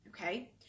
Okay